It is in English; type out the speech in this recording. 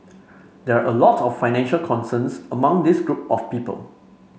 there are a lot of financial concerns among this group of people